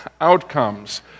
outcomes